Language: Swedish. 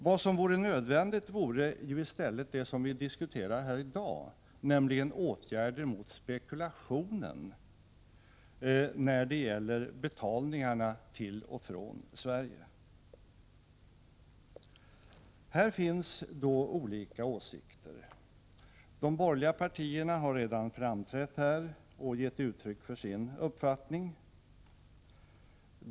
Vad som vore nödvändigt är i stället det som vi diskuterar här i dag, nämligen åtgärder mot spekulationen när det gäller betalningarna till och från Sverige. Här finns då olika åsikter. De borgerliga partiernas företrädare har redan framträtt och gett uttryck för sin uppfattning.